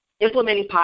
implementing